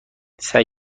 سعی